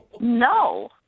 No